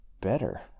better